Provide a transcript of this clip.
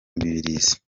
mibirizi